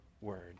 word